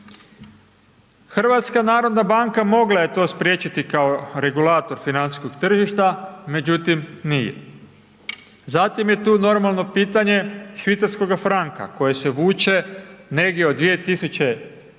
naplaćuju. HNB mogla je to spriječiti kao regulator financijskog tržišta, međutim, nije. Zatim je tu normalno pitanje švicarskoga franka, koji se vuče negdje od 2004.,